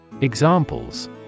Examples